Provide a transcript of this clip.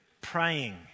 praying